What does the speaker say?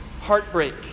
heartbreak